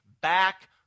back